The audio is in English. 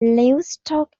livestock